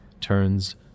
turns